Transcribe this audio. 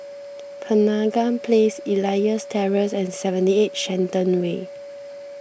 Penaga Place Elias Terrace and seventy eight Shenton Way